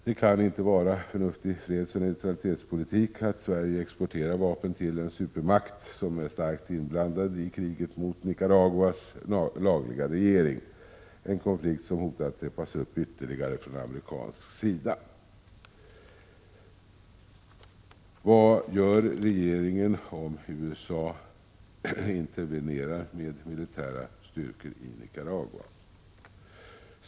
Det kan inte vara förnuftig fredsoch neutralitetspolitik att Sverige exporterar vapen till en supermakt som USA, som är starkt inblandad i kriget mot Nicaraguas lagliga regering, en konflikt som hotar att trappas upp ytterligare från amerikansk sida. Vad gör regeringen om USA intervenerar med militära styrkor i Nicaragua?